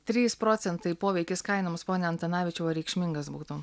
trys procentai poveikis kainoms pone antanavičiau ar reikšmingas būtų